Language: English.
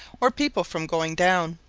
or people from going down.